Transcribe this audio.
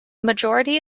majority